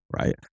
right